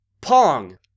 Pong